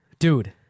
Dude